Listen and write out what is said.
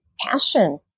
passion